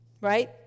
right